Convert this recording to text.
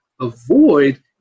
avoid